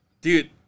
Dude